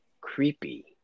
creepy